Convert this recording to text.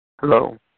Hello